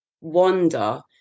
wonder